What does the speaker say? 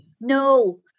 No